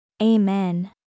Amen